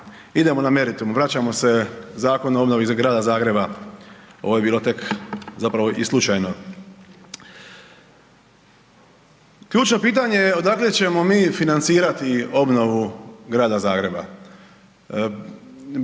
idemo na meritum vraćamo se Zakonu o obnovi Grada Zagreba, ovo je bilo tek zapravo i slučajno. Ključno pitanje je odakle ćemo mi financirati obnovu Grada Zagreba.